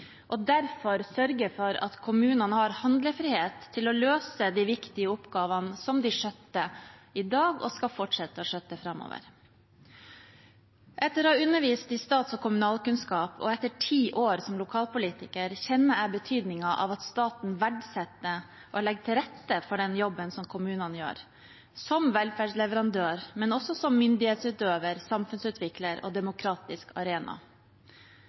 og derfor sørge for at kommunene har handlefrihet til å løse de viktige oppgavene de skjøtter i dag, og skal fortsette å skjøtte framover. Etter å ha undervist i stats- og kommunalkunnskap og etter ti år som lokalpolitiker, kjenner jeg betydningen av at staten verdsetter og legger til rette for den jobben kommunene gjør som velferdsleverandør, men også som myndighetsutøver, samfunnsutvikler og demokratisk arena.